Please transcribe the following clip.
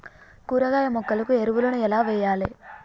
కూరగాయ మొక్కలకు ఎరువులను ఎలా వెయ్యాలే?